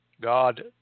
God